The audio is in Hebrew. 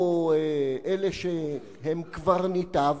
או אלה שהם קברניטיו,